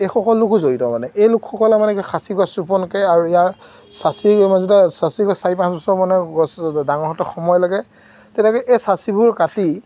এইসকল লোকো জড়িত মানে এই লোকসকলে মানে কি খাচী গছ ৰোপণকে আৰু ইয়াৰ চাচি মানে যেতিয়া চাচি গছ চাৰি পাঁচ বছৰমানৰ গছ ডাঙৰ হওঁতে সময় লাগে তেনেকৈ এই চাচিবোৰ কাটি